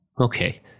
Okay